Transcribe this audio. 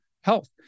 health